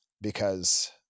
because-